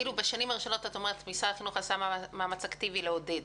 את אומרת שבשנים הראשונות משרד החינוך עשה מאמץ אקטיבי לעודד.